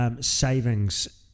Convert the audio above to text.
savings